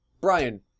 brian